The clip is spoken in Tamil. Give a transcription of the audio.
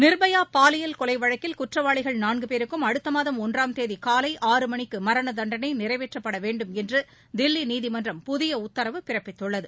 நிர்பயா பாலியல் கொலை வழக்கில் குற்றவாளிகள் நான்கு பேருக்கும் அடுத்த மாதம் ஒன்றாம் தேதி காலை ஆறு மணிக்கு மரண தண்டளை நிறைவேற்றப்பட வேண்டும் என்று தில்லி நீதிமன்றம் புதிய உத்தரவு பிறப்பித்துள்ளது